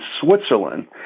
Switzerland